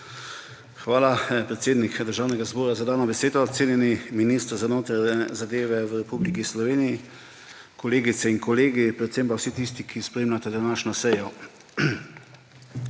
Hvala, predsednik Državnega zbora, za dano besedo. Cenjeni minister za notranje zadeve v Republiki Sloveniji, kolegice in kolegi, predvsem pa vsi tisti, ki spremljate današnjo sejo!